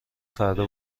فردا